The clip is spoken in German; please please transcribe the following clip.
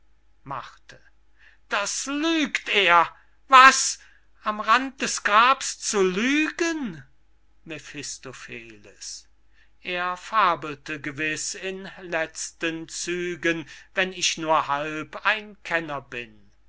ich das lügt er was am rand des grab's zu lügen mephistopheles er fabelte gewiß in letzten zügen wenn ich nur halb ein kenner bin